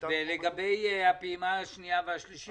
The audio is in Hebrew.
ולגבי הפעימה השנייה והשלישית?